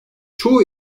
çoğu